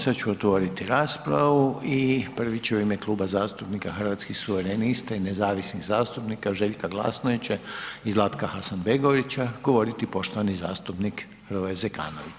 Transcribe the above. Sad ću otvoriti raspravu i prvi će u ime Kluba zastupnika Hrvatskih suverenista i nezavisnih zastupnika Željka Glasnovića i Zlatka Hasanbegovića govoriti poštovani zastupnik Hrvoje Zekanović.